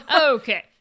okay